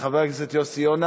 חבר הכנסת יוסי יונה